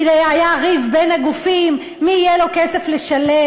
כי היה ריב בין הגופים למי יהיה כסף לשלם.